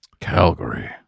Calgary